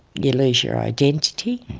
you lose your identity,